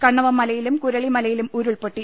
കണ്ണവം മല യിലും കുരളി മലയിലും ഉരുൾപൊട്ടി